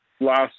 last